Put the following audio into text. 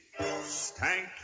stank